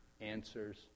answers